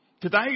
Today